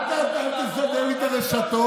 אל תסדר לי את הרשתות.